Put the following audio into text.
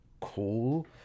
cool